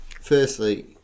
firstly